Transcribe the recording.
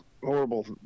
horrible